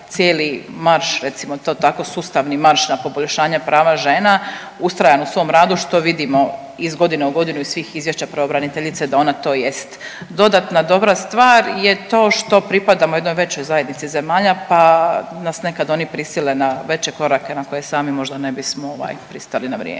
cijeli marš recimo to tako sustavni marš na poboljšanje prava žena ustrajan u svom radu što vidimo iz godine u godinu iz svih izvješća pravobraniteljice da ona to jest. Dodatna dobra stvar je to što pripadamo jednoj većoj zajednici zemalja pa nas nekad oni prisile na veće korake na koje sami možda ne bismo pristali na vrijeme.